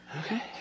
okay